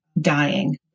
dying